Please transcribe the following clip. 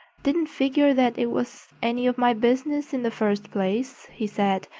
didn't figure that it was any of my business in the first place, he said,